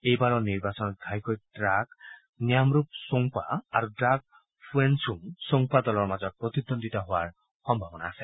এইবাৰৰ নিৰ্বাচনত ঘাইকৈ ড্ৰাক ন্যামৰূপ চোংপা আৰু ড্ৰাক ফুৱেনচুং চোংপা দলৰ মাজত প্ৰতিদ্বন্দ্বিতা হোৱাৰ সম্ভাৱনা আছে